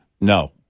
no